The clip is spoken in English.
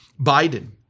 Biden